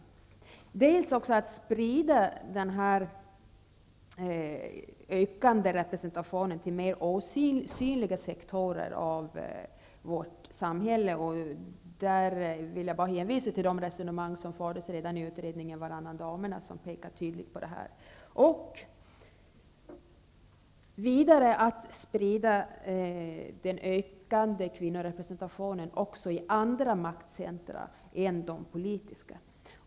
Man måste också sprida den ökande representationen till mer osynliga sektorer inom vårt samhälle. Jag vill här hänvisa till de resonemang som fördes redan i utredningen Varannan damernas som tydligt pekade på detta. Vidare måste man sprida den ökande kvinnorepresentationen också i andra maktcentra än de politiska.